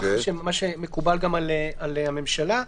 וזה מקובל גם על הממשלה.